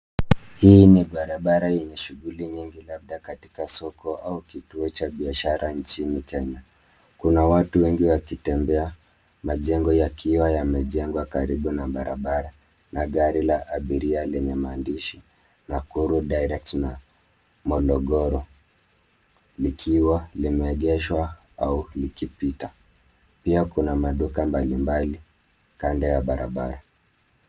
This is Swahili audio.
Hii ni barabara yenye shughuli nyingi, labda katika soko au kituo cha biashara nchini Kenya. Kuna watu wengi wakitembea, majengo yakiwa yamejengwa karibu na barabara, na gari la abiria lenye maandishi ya Nakuru (cs)Direct(cs) na modogoro, likiwa limeegeshwa au likipita. Pia kuna maduka mbalimbali kando ya barabara.